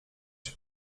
się